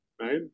right